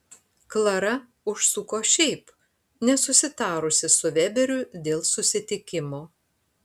klara užsuko šiaip nesusitarusi su veberiu dėl susitikimo